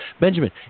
Benjamin